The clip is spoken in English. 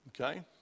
Okay